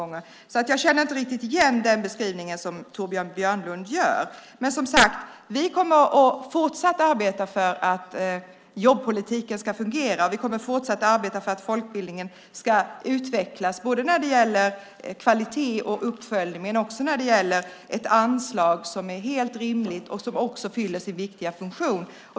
Jag känner inte riktigt igen beskrivningen som Torbjörn Björlund gör. Vi kommer fortsatt att arbeta för att jobbpolitiken ska fungera och folkbildningen ska utvecklas när det gäller både kvalitet och uppföljning men också när det gäller ett anslag som är helt rimligt och fyller sin viktiga funktion.